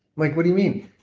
like what do you mean?